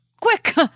Quick